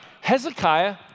Hezekiah